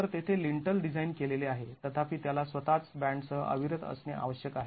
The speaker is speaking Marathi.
तर तेथे लिन्टल डिझाईन केलेले आहे तथापि त्याला स्वतःच बॅन्डसह अविरत असणे आवश्यक आहे